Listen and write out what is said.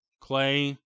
Clay